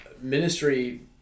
ministry